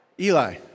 Eli